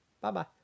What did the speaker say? Bye-bye